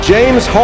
James